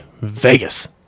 Vegas